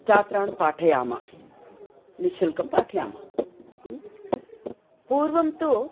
चात्रान् पाठयाम निःशुल्कं पाठयाम पूर्वं तु